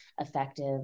effective